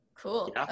Cool